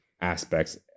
aspects